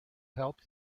help